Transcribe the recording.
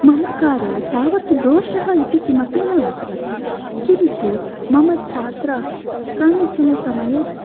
मम कार्ये तावत् दोषः इति किमपि न अभवत् किन्तु मम छात्राः कानिचन समये